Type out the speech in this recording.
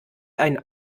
einen